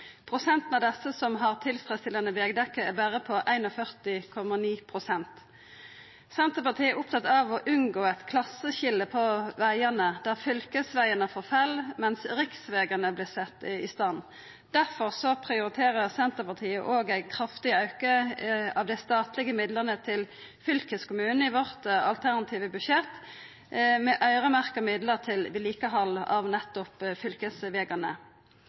Prosenten av desse som har tilfredsstillande vegdekke, er berre på 41,9. Senterpartiet er opptatt av å unngå eit klasseskilje på vegane der fylkesvegane forfell mens riksvegane vert sette i stand. Difor prioriterer Senterpartiet òg ein kraftig auke av dei statlege midlane til fylkeskommunen i vårt alternative budsjett med øyremerkte midlar til vedlikehald av nettopp fylkesvegane.